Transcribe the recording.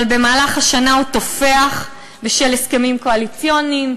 אבל במהלך השנה הוא תופח בשל הסכמים קואליציוניים,